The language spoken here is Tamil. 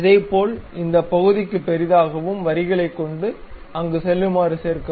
இதேபோல் இந்த பகுதிக்கு பெரிதாக்கவும் வரிகளைக் கொண்டு அங்கு செல்லுமாறு சேர்க்கவும்